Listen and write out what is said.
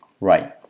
Right